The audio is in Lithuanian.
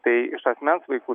tai iš asmens vaikų